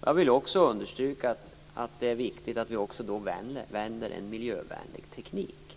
Jag vill också understryka att det är viktigt att vi väljer en miljövänlig teknik.